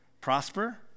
Prosper